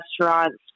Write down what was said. restaurants